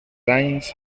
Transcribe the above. anys